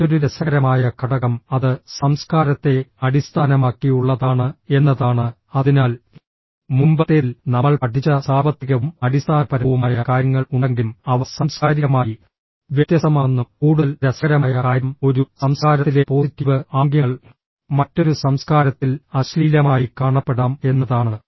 മറ്റൊരു രസകരമായ ഘടകം അത് സംസ്കാരത്തെ അടിസ്ഥാനമാക്കിയുള്ളതാണ് എന്നതാണ് അതിനാൽ മുമ്പത്തേതിൽ നമ്മൾ പഠിച്ച സാർവത്രികവും അടിസ്ഥാനപരവുമായ കാര്യങ്ങൾ ഉണ്ടെങ്കിലും അവ സാംസ്കാരികമായി വ്യത്യസ്തമാണെന്നും കൂടുതൽ രസകരമായ കാര്യം ഒരു സംസ്കാരത്തിലെ പോസിറ്റീവ് ആംഗ്യങ്ങൾ മറ്റൊരു സംസ്കാരത്തിൽ അശ്ലീലമായി കാണപ്പെടാം എന്നതാണ്